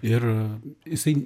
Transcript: ir jisai